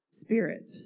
spirit